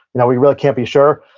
you know we really can't be sure.